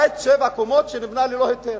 בית בן שבע קומות, שנבנה ללא היתר.